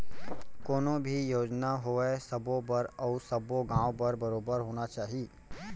कोनो भी योजना होवय सबो बर अउ सब्बो गॉंव बर बरोबर होना चाही